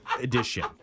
edition